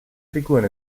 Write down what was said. figuren